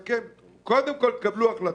שקודם כל תקבלו החלטה.